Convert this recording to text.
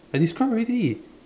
I describe already